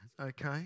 Okay